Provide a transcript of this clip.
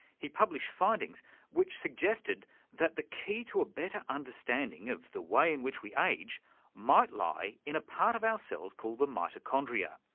he published findings which suggested that the key to a better understanding of the way in which we age might lie in a part of our cells called the mitochondria.